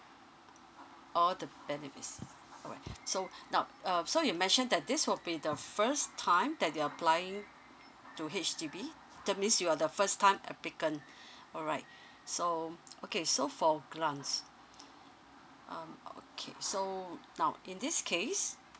all the benefits alright so now uh so you mentioned that this will be the first time that you are applying to H_D_B that means you are the first time applicant alright so okay so for grants um okay so now in this case